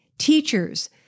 teachers